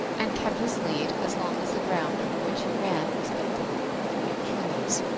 and kept his lead as long as the ground over which he ran was open and free of trees.